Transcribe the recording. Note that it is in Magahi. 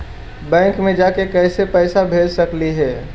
बैंक मे जाके कैसे पैसा भेज सकली हे?